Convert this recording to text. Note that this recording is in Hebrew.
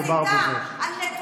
מדובר בזה.